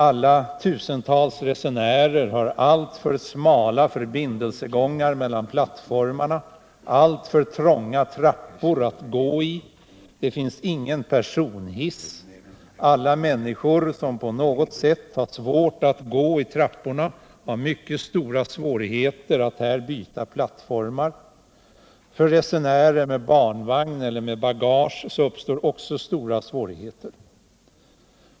De tusentals resenärerna har alltför smala förbindelsegångar mellan plattformarna och alltför trånga trappor att gå i. Det finns ingen personhiss. Alla människor som på något sätt har svårt att gå i trappor får därmed mycket stora svårigheter att byta plattform. För resenärer med barnvagn eller bagage uppstår också stora svårigheter.